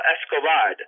Escobar